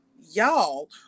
y'all